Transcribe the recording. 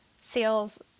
sales